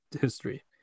history